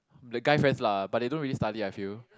the guy friends lah but they don't really study I feel